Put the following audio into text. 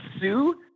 Sue